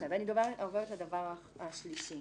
אני עוברת לדבר השלישי